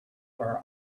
are